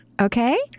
Okay